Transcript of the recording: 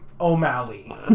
O'Malley